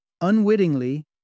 Unwittingly